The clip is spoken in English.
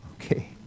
Okay